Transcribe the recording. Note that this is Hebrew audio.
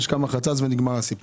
יש כמה חצץ ונגמר הסיפור",